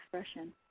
expression